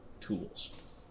tools